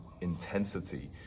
intensity